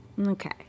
Okay